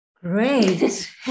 Great